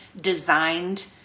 designed